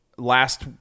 Last